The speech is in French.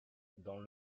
dans